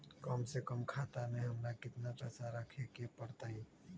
कम से कम खाता में हमरा कितना पैसा रखे के परतई?